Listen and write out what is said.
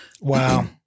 Wow